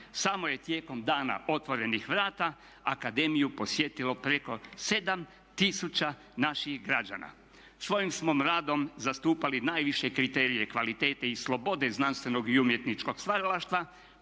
Samo je tijekom "Dana otvorenih vrata" akademiju posjetilo preko 7000 naših građana. Svojim smo radom zastupali najviše kriterije kvalitete i slobode znanstvenog i umjetničkog stvaralaštva,